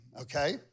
okay